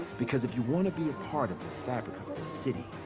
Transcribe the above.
because if you want to be a part of the fabric of the city,